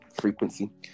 frequency